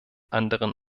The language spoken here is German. anderen